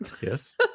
Yes